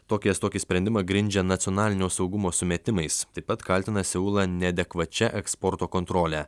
tokijas tokį sprendimą grindžia nacionalinio saugumo sumetimais taip pat kaltina seulą neadekvačia eksporto kontrole